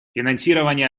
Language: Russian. финансирование